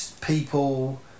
people